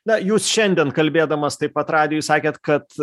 na jūs šiandien kalbėdamas taip pat radijuj sakėt kad